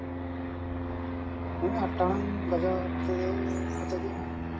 ᱳᱭ ᱟᱴ ᱴᱟᱲᱟᱝ ᱵᱟᱡᱟᱣ ᱚᱠᱛᱚ ᱠᱚᱛᱮ ᱜᱮ ᱦᱟᱸᱜ